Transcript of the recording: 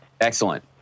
Excellent